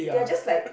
they are just like